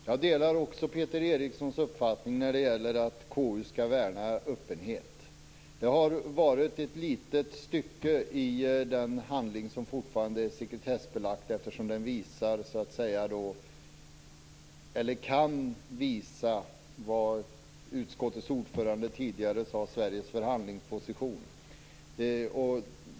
Herr talman! Jag delar Peter Erikssons uppfattning när det gäller att KU skall värna öppenhet. Det har varit ett litet stycke i den handling som fortfarande är sekretessbelagd eftersom den kan visa, som utskottets ordförande tidigare sade, Sveriges förhandlingsposition.